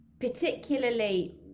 particularly